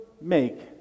make